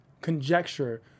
conjecture